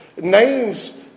Names